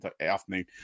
afternoon